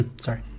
sorry